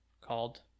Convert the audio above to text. called